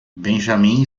benjamin